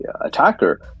attacker